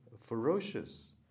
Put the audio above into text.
ferocious